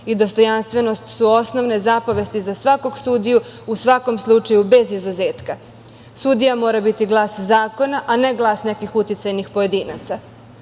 i dostojanstvenost su osnovne zapovesti za svakog sudiju, u svakom slučaju, bez izuzetka. Sudija mora biti glas zakona, a ne glas nekih uticajnih pojedinaca.